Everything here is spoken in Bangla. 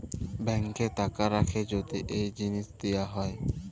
ব্যাংকে টাকা রাখ্যে যদি এই জিলিস দিয়া হ্যয়